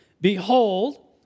Behold